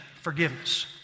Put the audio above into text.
forgiveness